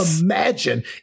Imagine